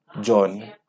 john